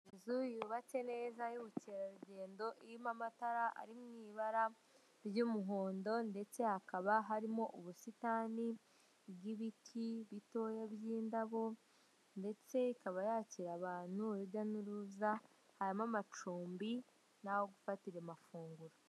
Inzu yubatse neza y'ubukerarugendo irimo amatara ari mu ibara ry'umuhondo ndetse hakaba harimo ubusitani bw'ibiti bitoya by'indabo ndetse ikaba yakira abantu urujya n'uruza, harimo amacumbi n'aho gufatira amafunguro.